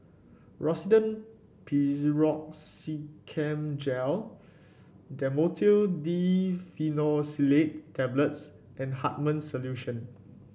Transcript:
Rosiden Piroxicam Gel Dhamotil Diphenoxylate Tablets and Hartman's Solution